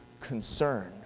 concern